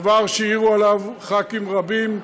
דבר שהעירו עליו ח"כים רבים,